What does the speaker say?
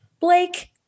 Blake